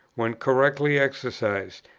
when correctly exercised,